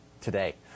today